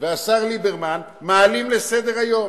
והשר ליברמן מעלים לסדר-היום,